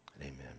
Amen